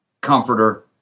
comforter